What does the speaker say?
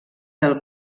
del